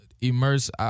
Immerse